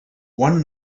one